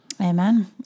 Amen